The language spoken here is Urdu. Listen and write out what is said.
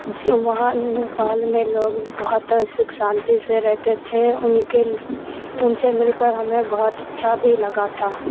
وہاں نیپال میں لوگ بہت سکھ شانتی سے رہتے تھے ان کے ان سے مل کر ہمیں بہت اچھا بھی لگا تھا